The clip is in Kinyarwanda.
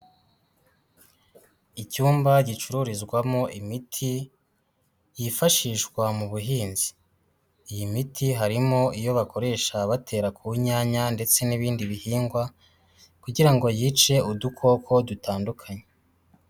Icyumba gicururizwamo imiti yifashishwa mu buhinzi. Iyi miti harimo iyo bakoresha batera ku nyanya ndetse n'ibindi bihingwa kugira ngo yice udukoko dutandukanye.